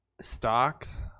stocks